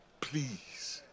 Please